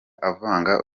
avanga